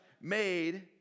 made